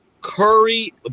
Curry